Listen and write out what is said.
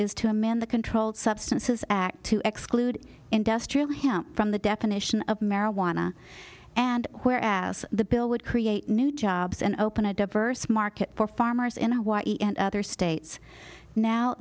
is to amend the controlled substances act to exclude industrial hemp from the definition of marijuana and where as the bill would create new jobs and open a diverse market for farmers in hawaii and other states now